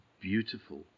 beautiful